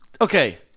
Okay